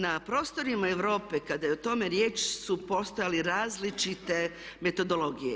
Na prostorima Europe kada je o tome riječ su postojale različite metodologije.